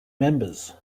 members